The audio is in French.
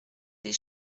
des